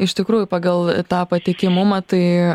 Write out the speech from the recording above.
iš tikrųjų pagal tą patikimumą tai